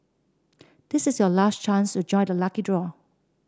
this is your last chance to join the lucky draw